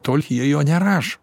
tol jie jo nerašo